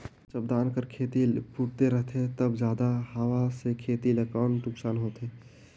जब धान कर खेती फुटथे रहथे तब जादा हवा से खेती ला कौन नुकसान होथे?